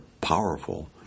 powerful